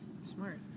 smart